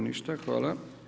Ništa, hvala.